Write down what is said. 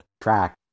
track